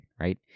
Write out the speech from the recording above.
right